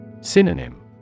Synonym